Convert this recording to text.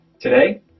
today